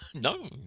No